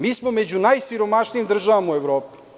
Mi smo među najsiromašnijim državama u Evropi.